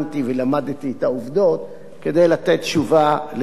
את העובדות כדי לתת תשובה לגופו של עניין.